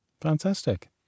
Fantastic